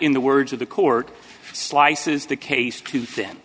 the words of the court slices the case to them